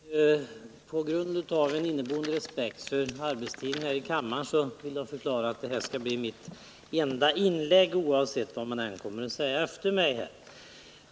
Herr talman! På grund av en inneboende respekt för arbetstiden här i kammaren vill jag förklara att detta skall bli mitt sista inlägg, oavsett vad man än kommer att säga efter det.